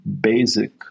basic